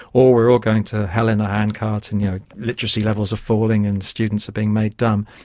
or we are all going to hell in a handcart and you know literacy levels are falling and students are being made dumb.